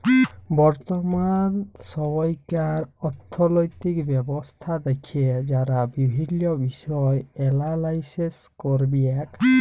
বর্তমাল সময়কার অথ্থলৈতিক ব্যবস্থা দ্যাখে যারা বিভিল্ল্য বিষয় এলালাইস ক্যরবেক